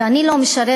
ואני לא משרתת